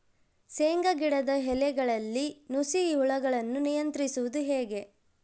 ಶೇಂಗಾ ಗಿಡದ ಎಲೆಗಳಲ್ಲಿ ನುಷಿ ಹುಳುಗಳನ್ನು ನಿಯಂತ್ರಿಸುವುದು ಹೇಗೆ?